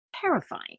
terrifying